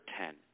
ten